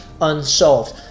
Unsolved